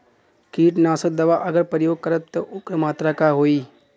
कीटनाशक दवा अगर प्रयोग करब त ओकर मात्रा का होई?